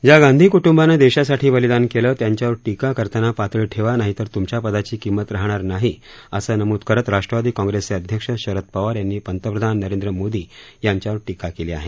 ज्या गांधी कुटुंबानं देशासाठी बलिदान केलं त्यांच्यावर टीका करताना पातळी ठेवा नाहीतर तुमच्या पदाची किंमत राहणार नाही असं नमुद करत राष्ट्रवादी काँग्रेसचे अध्यक्ष शरद पवार यांनी पंतप्रधान नरेंद्र मोदी यांच्यावर टीका केली आहे